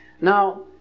Now